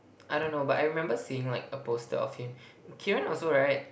I don't know but I remember seeing like a poster of him Keiran also right